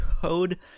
code